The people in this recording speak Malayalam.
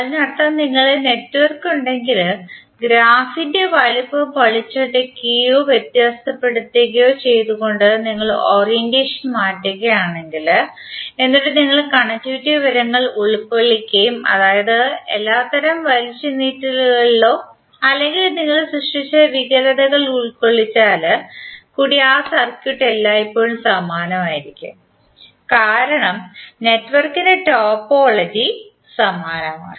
അതിനർത്ഥം നിങ്ങൾക്ക് നെറ്റ്വർക്ക് ഉണ്ടെങ്കിൽ ഗ്രാഫിന്റെ വലുപ്പം വളച്ചൊടിക്കുകയോ വ്യത്യസ്തപ്പെടുത്തുകയോ ചെയ്തുകൊണ്ട് നിങ്ങൾ ഓറിയന്റേഷൻ മാറ്റുകയാണെങ്കിൽ എന്നിട്ടു നിങ്ങൾ കണക്റ്റിവിറ്റി വിവരങ്ങൾ ഉൾകൊള്ളിക്കുകയും അതായത് എല്ലാത്തരം വലിച്ചുനീട്ടലുകളിലോ അല്ലെങ്കിൽ നിങ്ങൾ സൃഷ്ടിച്ച വികലതകൾ ഉൾക്കൊള്ളിച്ചാൽ കൂടി ആ സർക്യൂട്ട് എല്ലായ്പ്പോഴും സമാനമായിരിക്കും കാരണം നെറ്റ്വർക്കിന്റെ ടോപ്പോളജി സമാനമാണ്